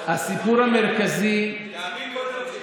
כמו שאמרנו,